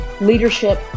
leadership